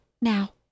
Now